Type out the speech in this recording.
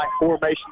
formation